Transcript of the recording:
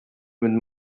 mit